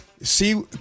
See